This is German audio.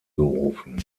gerufen